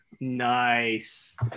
Nice